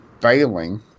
failing